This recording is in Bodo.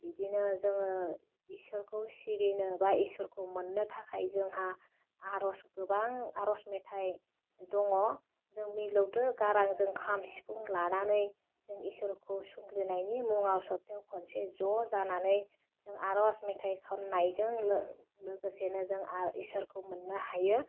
बिदिनो जोहो ईश्वोरखौ सिबिनो बा आश्वोरखौ मोननो थाखाय जोंहा आर'ज गोबां आर'ज मेथाइ दङ जों मिलौदो गारांजों खाम सिफुं लानानै जों ईश्वोरखौ संग्रिनायनि मुङाव सप्तायाव खनसे ज' जानानै जों आर'ज मेथाइ खन्नायजों गो लोगोसेनो जों आह ईश्वोरखौ मोननो हायो